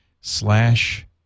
slash